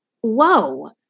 Whoa